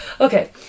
Okay